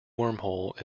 wormhole